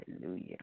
Hallelujah